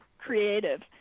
creative